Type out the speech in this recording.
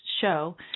show